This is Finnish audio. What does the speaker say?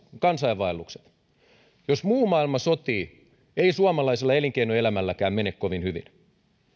kansainvaellukset jos muu maailma sotii ei suomalaisella elinkeinoelämälläkään mene kovin hyvin